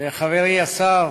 חברי השר